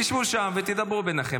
תשבו שם ותדברו ביניכם.